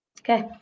okay